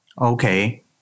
Okay